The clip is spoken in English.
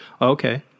Okay